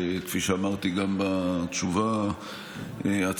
כפי שאמרתי גם בתשובה עצמה,